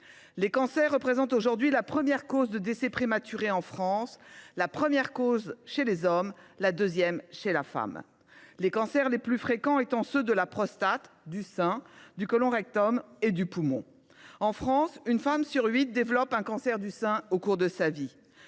Les cancers représentent aujourd’hui la première cause de décès prématurés en France, la première cause chez l’homme et la deuxième chez la femme, les cancers les plus fréquents étant ceux de la prostate, du sein, du côlon rectum et du poumon. En France, une femme sur huit développe un cancer du sein au cours de sa vie.